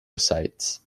sites